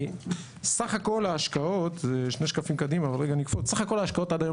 סך הכול ההשקעות עד היום